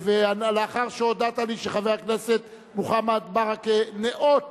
לאחר שהודעת לי שחבר הכנסת מוחמד ברכה ניאות